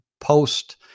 post